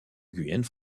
guyane